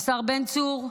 הוא נמצא כאן, השר בן צור?